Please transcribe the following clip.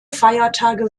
feiertage